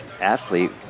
athlete